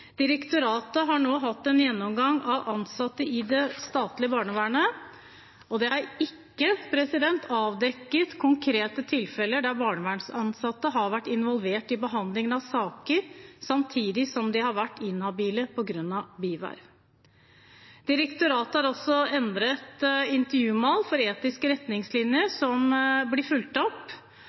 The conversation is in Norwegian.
Direktoratet har nå hatt en gjennomgang av ansatte i det statlige barnevernet, og det er ikke avdekket konkrete tilfeller der barnevernsansatte har vært involvert i behandlingen av saker samtidig som de har vært inhabile på grunn av bierverv. Direktoratet har også endret intervjumal for etiske retningslinjer, som blir fulgt opp,